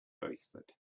bracelet